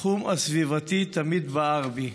התחום הסביבתי תמיד בער בי.